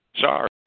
Sorry